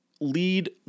lead